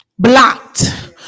blocked